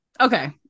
Okay